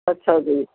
ਅੱਛਾ ਜੀ